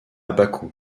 bakou